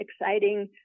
exciting